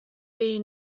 have